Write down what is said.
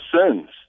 sins